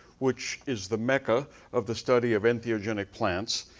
which is the mecca of the study of ethnogentic plants.